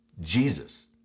Jesus